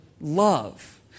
love